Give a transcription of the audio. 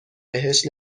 بهش